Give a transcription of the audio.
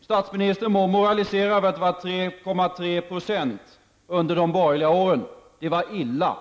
Statsministern må moralisera över att arbetslösheten var 3,3 % under de borgerliga åren. Det var illa.